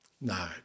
No